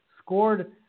scored